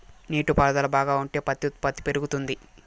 నీటి పారుదల బాగా ఉంటే పంట ఉత్పత్తి పెరుగుతుంది